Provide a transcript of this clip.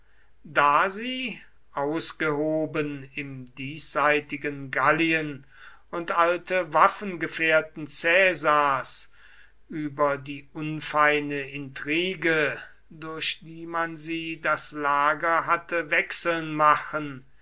da sie ausgehoben im diesseitigen gallien und alte waffengefährten caesars über die unfeine intrige durch die man sie das lager hatte wechseln machen